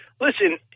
listen